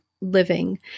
living